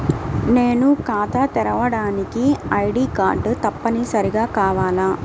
నేను ఖాతా తెరవడానికి ఐ.డీ కార్డు తప్పనిసారిగా కావాలా?